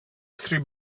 three